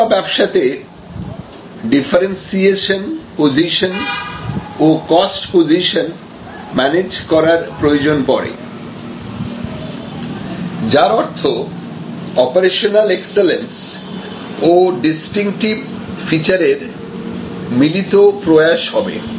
পরিষেবা ব্যবসাতে differentiation position ও কস্ট পোজিশন ম্যানেজ করার প্রয়োজন পড়ে যার অর্থ অপারেশনাল এক্সেলেন্স ও ডিস্টিনক্টিভ ফিচারের মিলিত প্রয়াস হবে